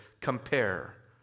compare